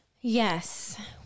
yes